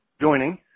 joining